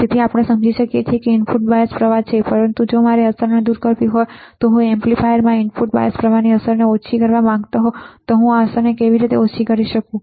હવે આપણે સમજીએ છીએ કે ઇનપુટ બાયસ પ્રવાહ છે પરંતુ જો મારે અસર દૂર કરવી હોય અથવા જો હું એમ્પ્લીફાયરમાં ઇનપુટ બાયસ પ્રવાહની અસરને ઓછી કરવા માંગતો હો તો આ રીતે હું અસરને ઓછી કરી શકું